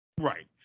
Right